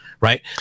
Right